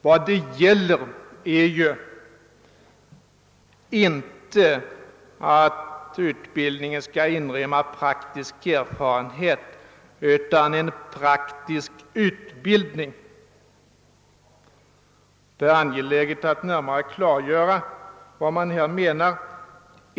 Vad det gäller är ju att utbildningen skall inrymma praktisk utbildning, inte bara praktisk erfarenhet. Det är angeläget att närmare klargöra vad man menar.